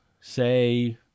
say